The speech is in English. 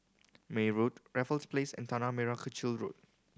May Road Raffles Place and Tanah Merah Kechil Road